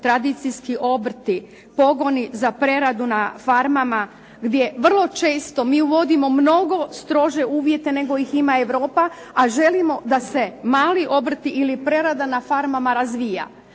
tradicijski obrti, pogoni za preradu na farmama, gdje vrlo često mi uvodimo mnogo strože uvjete nego ih ima Europa, a želimo da se mali obrti ili prerada na farmama razvija.